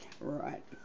Right